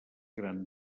gran